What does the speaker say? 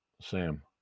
Sam